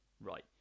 right